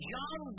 John